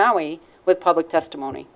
maui with public testimony